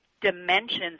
dimensions